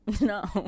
no